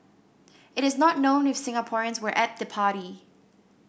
it is not known if Singaporeans were at the party